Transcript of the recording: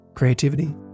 Creativity